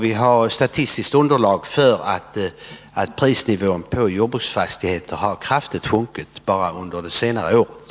Vi har statistiskt underlag som visar att prisnivån på jordbruksfastigheter har kraftigt sjunkit bara under det senaste året.